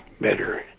better